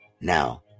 now